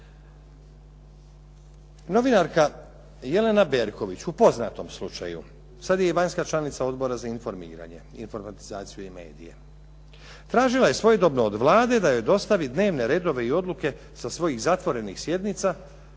Novinarka Jelena Berković, u poznatom slučaju, sad je i vanjska članica Odbora za informiranje, informatizaciju i medije. Tražila je svojedobno od Vlade da joj dostavi dnevne redove i odluke sa svojih zatvorenih sjednica na